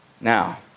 Now